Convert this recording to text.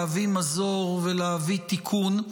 להביא מזור ולהביא תיקון,